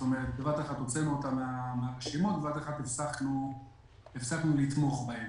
זאת אומרת בבת-אחת הוצאנו אותם מהרשימות ובבת-אחת הפסקנו לתמוך בהם.